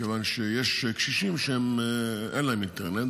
מכיוון שיש קשישים שאין להם אינטרנט,